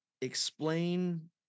Explain